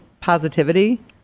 positivity